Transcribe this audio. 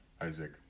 Isaac